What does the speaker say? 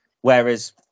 Whereas